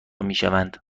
میشوند